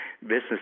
Business